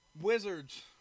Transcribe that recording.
Wizards